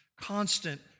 constant